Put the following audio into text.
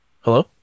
hello